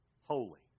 Holy